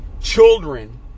children